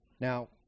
Now